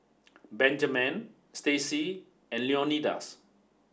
Benjamen Stacy and Leonidas